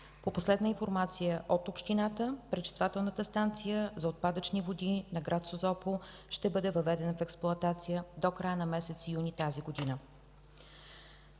По последна информация от общината пречиствателната станция за отпадъчни води на град Созопол ще бъде въведена в експлоатация до края на месец юни тази година.